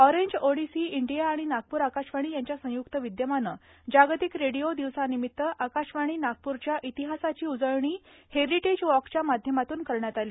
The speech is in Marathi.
ऑरेंज ओडिसी इंडिया आणि नागपूर आकाशवाणी यांच्या संयुक्त विद्यमानं जागतिक रेडियो दिवसानिमित्त आकाशवाणी नागपूरच्या इतिहासाची उजळणी हेरिटेज वॉकच्या माध्यमातून करण्यात आली